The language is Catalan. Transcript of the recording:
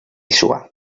suar